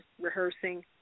rehearsing